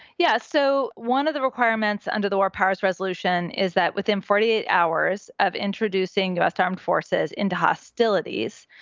yeah. so one of the requirements under the war powers resolution is that within forty eight hours of introducing the us armed forces into hostilities,